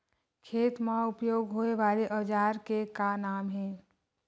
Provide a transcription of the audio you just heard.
खेत मा उपयोग होए वाले औजार के का नाम हे?